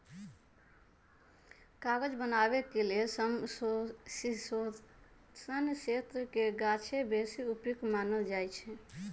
कागज बनाबे के लेल समशीतोष्ण क्षेत्रके गाछके बेशी उपयुक्त मानल जाइ छइ